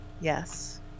Yes